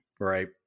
right